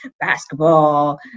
basketball